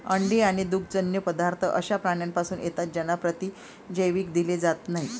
अंडी आणि दुग्धजन्य पदार्थ अशा प्राण्यांपासून येतात ज्यांना प्रतिजैविक दिले जात नाहीत